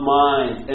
mind